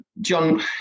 John